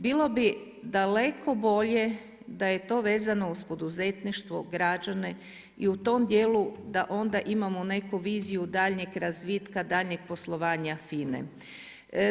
Bilo bi daleko bolje da je to vezano uz poduzetništvo, građane i u tom djelu da onda imamo neku viziju daljnjeg razvita, daljnjeg poslovanja FINA-e.